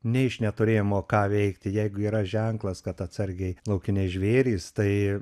ne iš neturėjimo ką veikti jeigu yra ženklas kad atsargiai laukiniai žvėrys tai